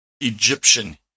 Egyptian